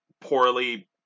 poorly